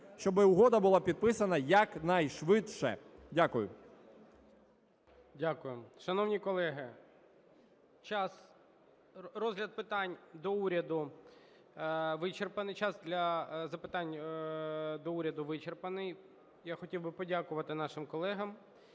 щоб угода була підписана якнайшвидше. Дякую. ГОЛОВУЮЧИЙ. Дякую. Шановні колеги, час розгляду питань до уряду вичерпаний, час запитань до уряду вичерпаний. Я хотів би подякувати нашим колегам.